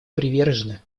привержены